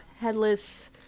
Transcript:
headless